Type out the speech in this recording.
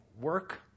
work